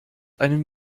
einen